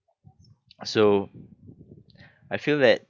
so I feel that